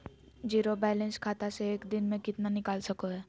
Zero balance खाता से एक दिन में कितना निकाल सको है?